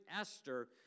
Esther